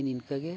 ᱤᱱ ᱤᱱᱠᱟᱹᱜᱮ